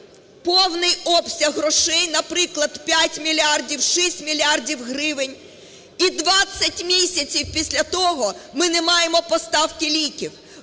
Повний обсяг грошей, наприклад, 5 мільярдів, 6 мільярдів гривень. І 20 місяців після того ми не маємо поставки ліків!